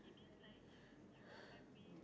generate the most money